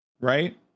Right